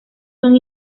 son